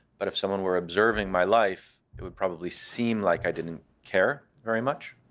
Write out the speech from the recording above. but if someone were observing my life, it would probably seem like i didn't care very much.